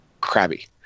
crabby